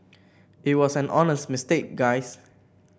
it was an honest mistake guys